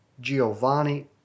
Giovanni